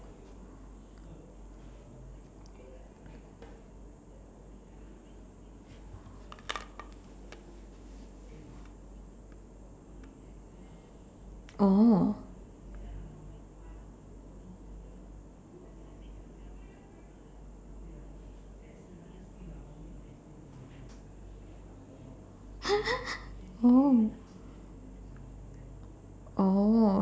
oh oh